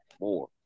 more